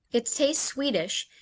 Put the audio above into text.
its taste sweetish,